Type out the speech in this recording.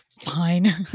Fine